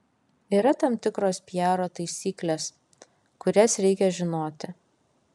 yra tam tikros piaro taisykles kurias reikia žinoti